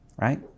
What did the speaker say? right